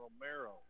Romero